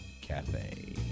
Cafe